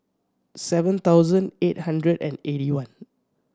seven thousand eight hundred and eighty one